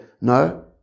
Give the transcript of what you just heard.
No